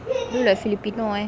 look like filipino eh